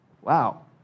Wow